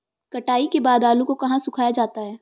कटाई के बाद आलू को कहाँ सुखाया जाता है?